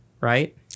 right